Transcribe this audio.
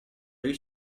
lui